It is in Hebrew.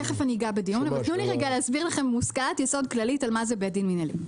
תנו לי רגע להסביר לכם מושכלת יסוד מה זה בין דין מנהלי.